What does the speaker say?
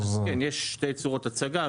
כן, יש שתי צורות הצגה.